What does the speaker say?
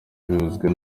bivuzwe